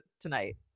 tonight